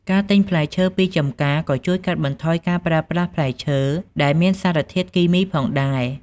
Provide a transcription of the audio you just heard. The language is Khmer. ការទិញផ្លែឈើពីចម្ការក៏ជួយកាត់បន្ថយការប្រើប្រាស់ផ្លែឈើដែលមានសារធាតុគីមីផងដែរ។